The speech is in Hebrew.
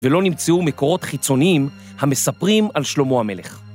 ‫ולא נמצאו מקורות חיצוניים ‫המספרים על שלמה המלך.